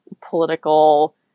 political